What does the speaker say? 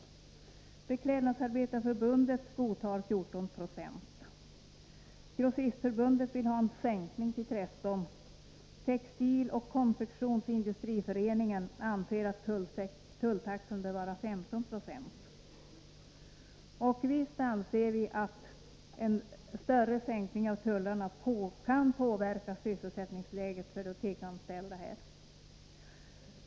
Beklädnadsarbetareförbundet godtar 14 96, Grossistförbundet vill ha en sänkning till 13 96. Textiloch konfektionsindustriföreningen anser att tulltaxan bör vara 15 96. Vi anser att en större sänkning av tullarna kan påverka sysselsättningsläget för de tekoanställda.